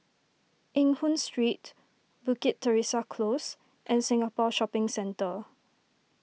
Eng Hoon Street Bukit Teresa Close and Singapore Shopping Centre